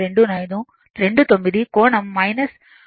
29 కోణం 36